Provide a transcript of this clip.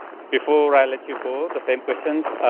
before i let you go the same questions.